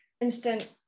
instant